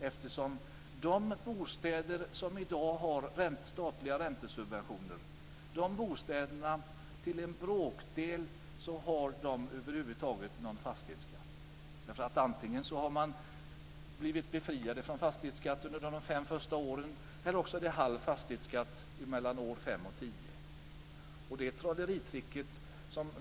En bråkdel av de bostadsägare som i dag har statliga räntesubventioner betalar fastighetsskatt. Antingen har man blivit befriad från fastighetsskatt under de fem första åren eller så betalar man halv fastighetsskatt mellan år fem och tio.